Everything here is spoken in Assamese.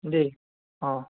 দেই অ